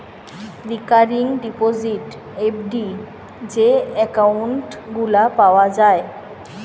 recurring deposit, FD যে account গুলা পাওয়া যায়